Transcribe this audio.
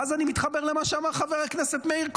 ואז אני מתחבר למה שאמר חבר הכנסת מאיר כהן: